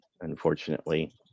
unfortunately